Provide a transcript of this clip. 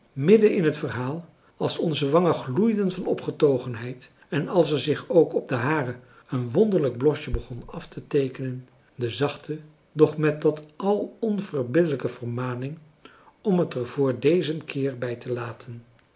midden in het verhaal als onze wangen gloeiden van opgetogenheid en als er zich ook op de hare een wonderlijk blosje begon af te teekenen de zachte doch met dat al onverbiddelijke vermaning om het er voor dezen keer bij te laten